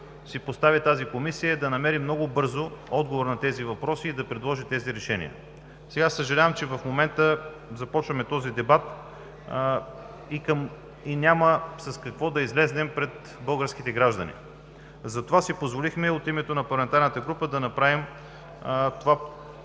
си постави за цел тази Комисия, е да намери много бързо отговор на тези въпроси и да предложи тези решения. Съжалявам, че в момента започваме този дебат и няма с какво да излезем пред българските граждани, затова си позволихме от името на парламентарната група да направим това